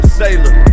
sailor